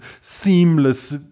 seamless